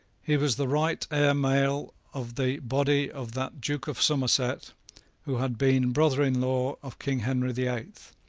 he was the right heir male of the body of that duke of somerset who had been brother-in-law of king henry the eighth,